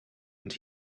and